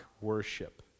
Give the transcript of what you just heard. worship